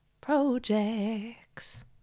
projects